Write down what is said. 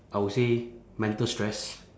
I will say mental stress